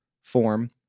form